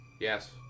Yes